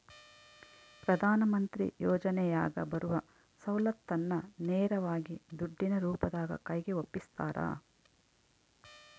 ಪ್ರಧಾನ ಮಂತ್ರಿ ಯೋಜನೆಯಾಗ ಬರುವ ಸೌಲತ್ತನ್ನ ನೇರವಾಗಿ ದುಡ್ಡಿನ ರೂಪದಾಗ ಕೈಗೆ ಒಪ್ಪಿಸ್ತಾರ?